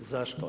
Zašto?